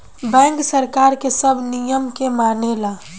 bank सरकार के सब नियम के मानेला